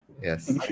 yes